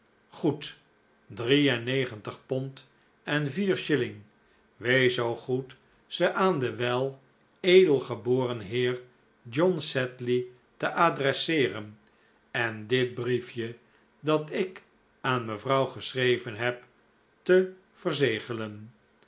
negentig pond en vier shilling wees zoo goed ze aan den weledelgeboren heer john sedley te adresseeren en dit briefje dat ik aan mevrouw geschreven heb te verzegelen